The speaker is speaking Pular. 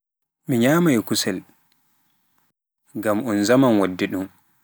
Mi nyamai kusel ngam un zamaan waddi dum.